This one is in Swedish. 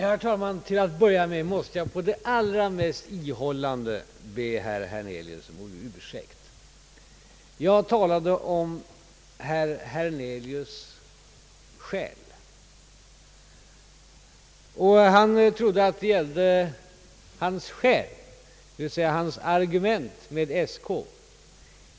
Herr talman! Till att börja med måste jag på det allra mest ihållande sätt be herr Hernelius om ursäkt. Jag talade om herr Hernelius” själ, och han trodde att det gällde hans skäl , d. v. s. hans argument.